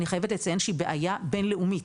אני חייבת לציין שהיא בעיה בין לאומית.